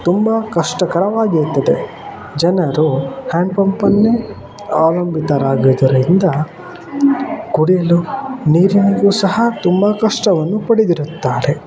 ತುಂಬಾ ಕಷ್ಟಕರವಾಗಿರ್ತದೆ ಜನರು ಹ್ಯಾಂಡ್ ಪಂಪನ್ನೇ ಅವಲಂಬಿತರಾಗುವುದರಿಂದ ಕುಡಿಯಲು ನೀರಿನಿಗು ಸಹ ತುಂಬಾ ಕಷ್ಟವನ್ನು ಪಡೆದಿರುತ್ತಾರೆ